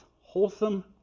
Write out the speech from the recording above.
wholesome